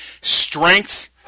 Strength